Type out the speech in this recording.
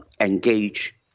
engage